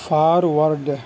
forward